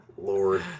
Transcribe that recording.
Lord